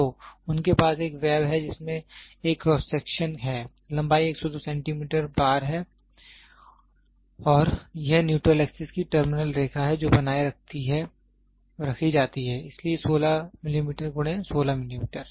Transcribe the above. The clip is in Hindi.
तो उनके पास एक वेब है जिसमें एक क्रॉस सेक्शन है लंबाई 102 सेंटीमीटर बार है और यह न्यूट्रल एक्सेस की टर्मिनल रेखा है जो बनाए रखी जाती है इसलिए 16 मिलीमीटर × 16 मिलीमीटर